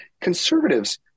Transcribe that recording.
conservatives